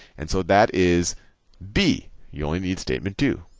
and so that is b. you only need statement two.